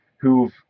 who've